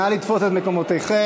נא לתפוס את מקומותיכם.